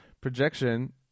projection